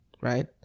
Right